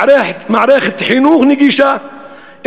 מערכת חינוך נגישה,